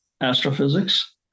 astrophysics